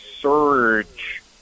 surge